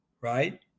right